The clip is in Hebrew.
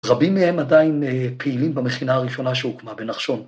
‫רבים מהם עדיין פעילים במכינה ‫הראשונה שהוקמה בנחשון.